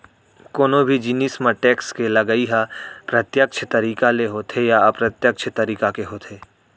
कोनो भी जिनिस म टेक्स के लगई ह प्रत्यक्छ तरीका ले होथे या अप्रत्यक्छ तरीका के होथे